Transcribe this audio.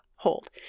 hold